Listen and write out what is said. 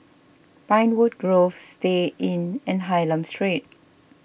Pinewood Grove Istay Inn and Hylam Street